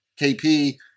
KP